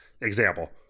example